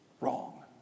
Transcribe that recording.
wrong